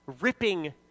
ripping